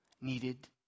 needed